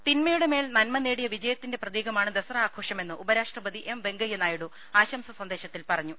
തിന്മയുടെ മേൽ നന്മ നേടിയ വിജയത്തിന്റെ പ്രതീകമാണ് ദസറ ആഘോഷമെന്ന് ഉപരാഷ്ട്രപതി എം വെങ്കയ്യനായിഡു ആശംസാ സന്ദേശത്തിൽ പറഞ്ഞു